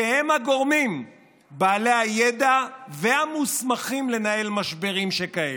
והם הגורמים בעלי הידע והמוסמכים לנהל משברים שכאלה.